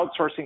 outsourcing